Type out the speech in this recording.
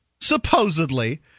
Supposedly